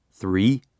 Three